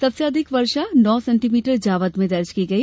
सबसे अधिक वर्षा नो सेन्टीमीटर जावद में दर्ज की गई